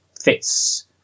Fits